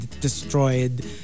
destroyed